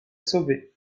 sauver